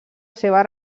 seva